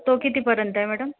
तो किती पर्यंत आहे मॅडम